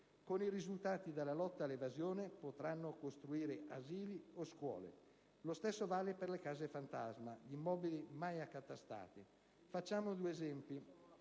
con i risultati della lotta all'evasione, potranno costruire asili o scuole. Lo stesso vale per le «case fantasma» (gli immobili mai accatastati). Facciamo due esempi.